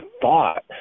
thought